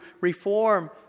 reform